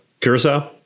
curacao